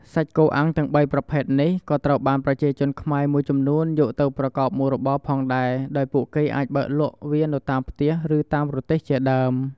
សាច់គោអាំងទាំងបីប្រភេទនេះក៏ត្រូវបានប្រជាជនខ្មែរមួយចំនួនយកទៅប្រកបមុខរបរផងដែរ ដោយពួកគេអាចបើកលក់វានៅតាមផ្ទះ ឬតាមរទេះជាដើម។